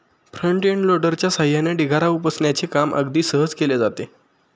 front end लोडरच्या सहाय्याने ढिगारा उपसण्याचे काम अगदी सहज केले जाते